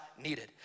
needed